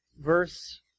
Verse